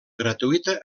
gratuïta